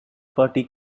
party